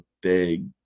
big